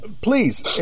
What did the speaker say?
please